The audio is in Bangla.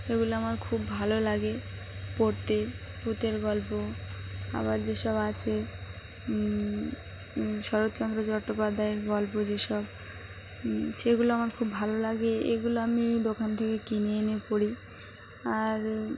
এগুলো আমার খুব ভালো লাগে পড়তে ভূতের গল্প আবার যেসব আছে শরৎচন্দ্র চট্টোপাধ্যায়ের গল্প যেসব সেগুলো আমার খুব ভালো লাগে এগুলো আমি দোকান থেকে কিনে এনে পড়ি আর